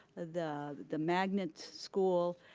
the the magnet school,